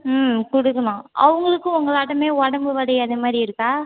ம் குடுக்கலாம் அவங்களுக்கும் உங்களாட்டமே உடம்பு வலி அது மாதிரி இருக்கா